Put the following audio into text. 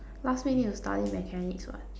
last week need to study mechanics [what]